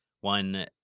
one